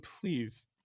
please